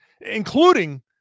including